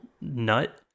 nut